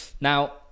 Now